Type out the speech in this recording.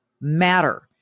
matter